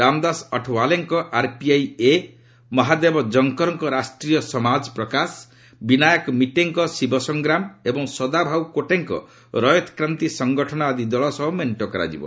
ରାମଦାସ ଅଠାଓ୍ୱଲେଙ୍କ ଆରପିଆଇଏ ମହାଦେବ ଜଙ୍କର ଙ୍କ ରାଷ୍ଟ୍ରୀୟ ସମାଜ ପ୍ରକାଶ ବିନାୟକ ମିଟେଙ୍କ ଶିବସଂଗ୍ରାମ ଏବଂ ସଦାଭାଉ କୋଟେଙ୍କ ରୟତକ୍ରାନ୍ତି ସଂଗଠନ ଆଦି ଦଳ ସହ ମେଣ୍ଟ କରାଯିବ